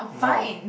no